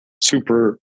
super